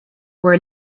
were